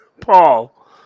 Paul